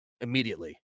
immediately